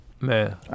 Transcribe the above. Man